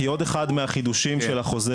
כי זה עוד אחד מהחידושים של החוזר.